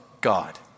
God